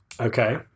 Okay